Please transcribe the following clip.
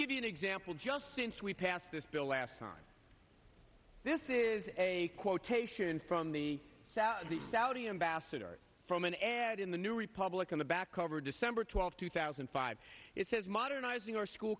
give you an example just since we passed this bill last time this is a quotation from the south the saudi ambassador from an ad in the new republic on the back cover december twelfth two thousand and five it says modernizing our school